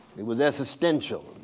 it was existential,